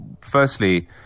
firstly